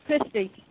Christy